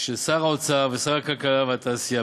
שר האוצר ושר הכלכלה והתעשייה.